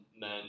men